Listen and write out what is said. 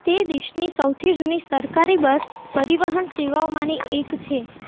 તે દેશની સૌથી જૂની સરકારી બસ પરિવહન સેવાઓમાંની એક છે